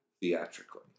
theatrically